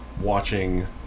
watching